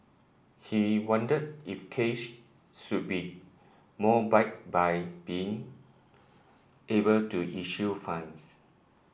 he wondered if case should be more bite by being able to issue fines